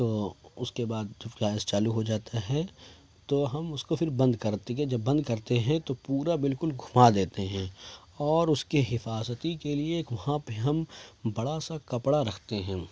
تو اس کے بعد جب گیس چالو ہو جاتا ہے تو ہم اس کو پھر بند کرتے کہ جب بند کرتے ہیں تو پورا بالکل گھما دیتے ہیں اور اس کے حفاظتی کے لیے ایک وہاں پہ ہم بڑا سا کپڑا رکھتے ہیں